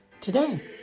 Today